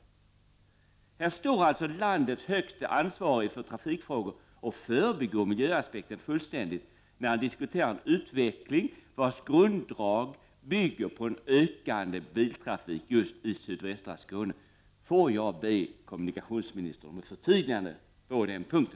Men här står alltså landets högste ansvarige för trafikfrågor och förbigår miljöaspekterna fullständigt, när man diskuterar en utveckling vars grunddrag bygger på en ökande biltrafik just i sydvästra Skåne. Får jag be kommunikationsministern om ett förtydligande på den punkten?